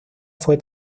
fue